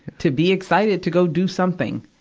to be excited, to go do something.